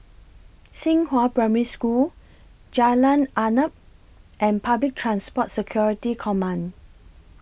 Xinghua Primary School Jalan Arnap and Public Transport Security Command